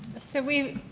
so we